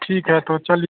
ठीक है तो चलि